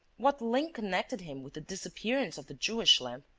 what link connected him with the disappearance of the jewish lamp?